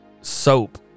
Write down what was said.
soap